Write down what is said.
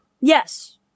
Yes